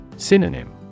Synonym